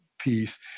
piece